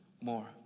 more